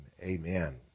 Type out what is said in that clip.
amen